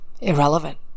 Irrelevant